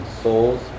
Souls